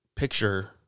picture